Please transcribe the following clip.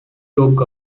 took